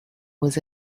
was